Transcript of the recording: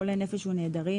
חולי נפש ונעדרים),